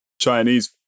Chinese